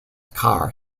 car